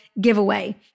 giveaway